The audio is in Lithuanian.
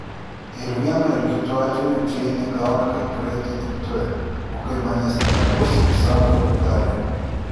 ir vienu ir kitu atveju džeinė gauna kaip kraitį dirbtuvę o kai manęs nebebus ir santaupų dalį